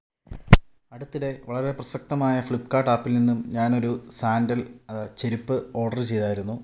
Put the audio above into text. അടുത്തിടെ വളരെ പ്രസക്തമായ ഫ്ലിപ്ക്കാട്ടാപ്പിൽ നിന്നും ഞാനൊരു സാന്ഡല് അത് ചെരുപ്പ് ഓഡറ് ചെയ്തായിരുന്നു